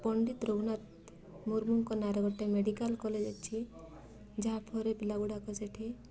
ପଣ୍ଡିତ ରଘୁନାଥ ମୁର୍ମୁଙ୍କ ନାଁରେ ଗୋଟେ ମେଡ଼ିକାଲ୍ କଲେଜ୍ ଅଛି ଯାହା ପରେ ପିଲାଗୁଡ଼ାକ ସେଠି